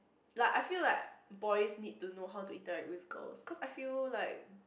like I feel like boys need to know how to interact with girls cause I feel like